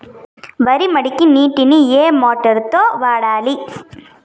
వరి మడికి నీటిని ఏ మోటారు తో వాడాలి?